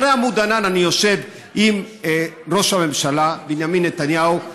אחרי עמוד ענן אני יושב עם ראש הממשלה בנימין נתניהו,